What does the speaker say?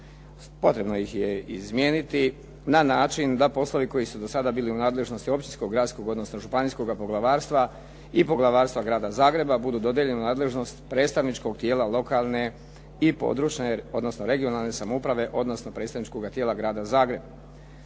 Potrebno ih je izmijeniti na način da poslovi koji su do sada bili u nadležnosti općinskog, gradskog odnosno županijskoga poglavarstva i poglavarstva Grada Zagreba budu dodijeljeni u nadležnost predstavničkog tijela lokalne i područne, odnosno regionalne samouprave odnosno predstavničkoga tijela Grada Zagreba.